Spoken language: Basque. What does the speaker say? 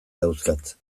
dauzkat